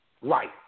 right